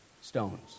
stones